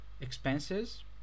expenses